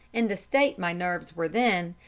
in the state my nerves were then,